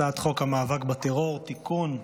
הצעת חוק המאבק בטרור (תיקון,